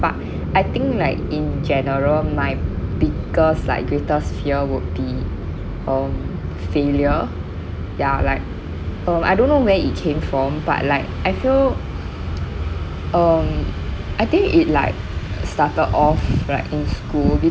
but I think like in general my biggest like greatest fear would be um failure ya like um I don't know where it came from but like I feel um I think it like started off like in school